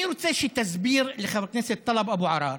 אני רוצה שתסביר לחבר הכנסת טלב אבו עראר